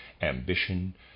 ambition